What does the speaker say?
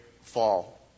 fall